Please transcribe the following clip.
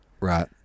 right